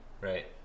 right